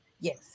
Yes